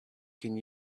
can